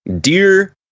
Dear